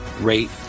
rate